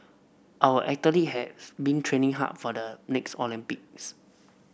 our athlete has been training hard for the next Olympics